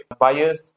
buyers